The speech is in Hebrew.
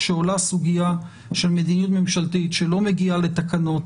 כשעולה סוגיה של מדיניות ממשלתית שלא מגיעה לתקנות,